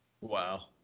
wow